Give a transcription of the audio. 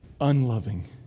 Unloving